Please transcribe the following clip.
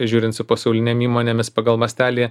žiūrint su pasaulinėm įmonėmis pagal mastelį